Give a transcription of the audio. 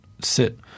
sit